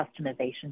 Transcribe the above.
customization